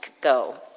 go